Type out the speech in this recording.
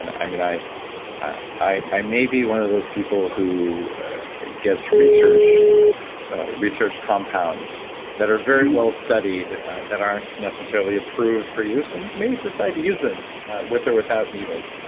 and i mean, i i may be one of those people who gets research research compounds that are very well studied that aren't necessarily approved for use and may decide to use them with or without needles.